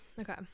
okay